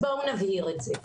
נבהיר את זה.